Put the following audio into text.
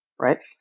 right